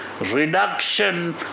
reduction